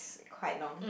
quite long